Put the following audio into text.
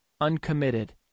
uncommitted